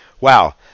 Wow